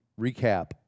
recap